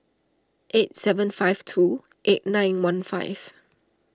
eight seven five two eight nine one five